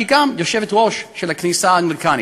שהיא גם יושבת-ראש הכנסייה האנגליקנית,